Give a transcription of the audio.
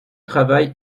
travail